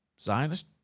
Zionist